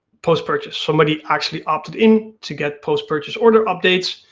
post purchase. so many actually opted in to get post purchase order updates,